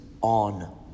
on